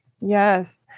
Yes